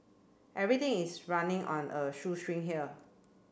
everything is running on a shoestring here